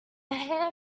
hair